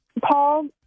Paul